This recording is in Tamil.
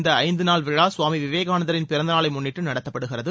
இந்த ஐந்து நாள் விழா சுவாமி விவேகானந்தரின் பிறந்தநாளை முன்ளிட்டு நடத்தப்படுகிறது